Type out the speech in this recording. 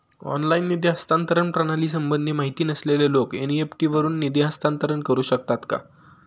Online निधी हस्तांतरण प्रणालीसंबंधी माहिती नसलेले लोक एन.इ.एफ.टी वरून निधी हस्तांतरण करू शकतात का?